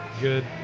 Good